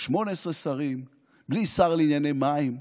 18 שרים, בלי שר לענייני מים,